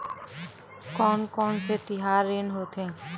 कोन कौन से तिहार ऋण होथे?